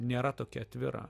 nėra tokia atvira